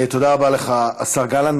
תודה רבה לך, השר גלנט.